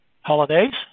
holidays